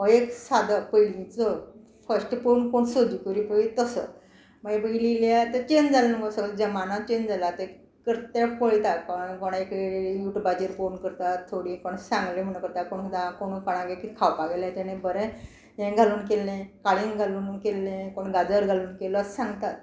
हो एक सादो पयलींचो फस्ट पूण कोण सजू करी पळय तसो मागीर पयलीं इल्लें आतां चेंज जालें न्हू गो सगलें जमाना चेंज जाला आतां करता तें पळयता कयळें कोणाकय यू ट्युबाचेर पळोवन करतात थोडी कोण सांगले म्हण करता कोण कोणागेर खावपा गेलें ताणे बरें हें घालून केल्लें काळींग घालून केल्लें कोण गाजर घालून केलो अशें सांगतात